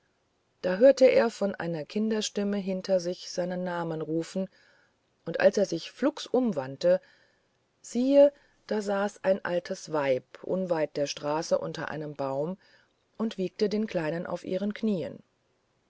da hörte er von einer kinderstimme hinter sich seinen namen rufen und als er sich flugs umwandte sieh da saß ein altes weib unweit der straße unter einem baum und wiegte den kleinen auf ihren knieen